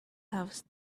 have